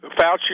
Fauci